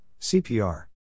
CPR